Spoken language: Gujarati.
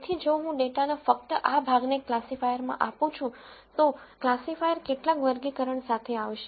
તેથી જો હું ડેટાના ફક્ત આ ભાગને ક્લાસિફાયર માં આપું છું તો ક્લાસિફાયર કેટલાક વર્ગીકરણ સાથે આવશે